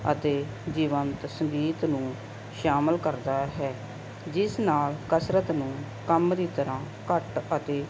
ਅਤੇ ਜੀਵੰਤ ਸੰਗੀਤ ਨੂੰ ਸ਼ਾਮਲ ਕਰਦਾ ਹੈ ਜਿਸ ਨਾਲ ਕਸਰਤ ਨੂੰ ਕੰਮ ਦੀ ਤਰ੍ਹਾਂ ਘੱਟ ਅਤੇ